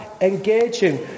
engaging